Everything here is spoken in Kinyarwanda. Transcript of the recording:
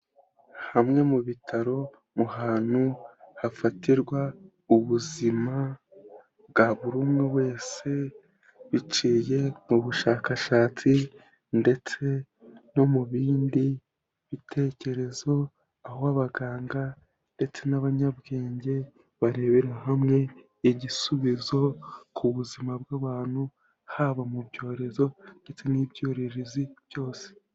Hamwe mu bitaro mu hantu hafatirwa ubuzima bwa buri umwe wese, biciye mu bushakashatsi ndetse no mu bindi bitekerezo. Aho abaganga ndetse n'abanyabwenge barebera hamwe igisubizo ku buzima bw'abantu haba mu byorezo ndetse n'ibyuririzi byose.